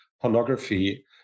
pornography